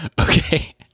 okay